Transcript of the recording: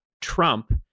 Trump